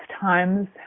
times